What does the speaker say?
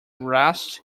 rest